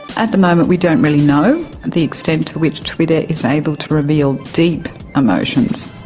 at the moment we don't really know the extent to which twitter is able to reveal deep emotions.